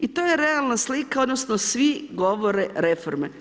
I to je realna slika odnosno svi govore reforme.